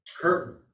curtain